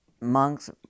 monks